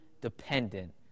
dependent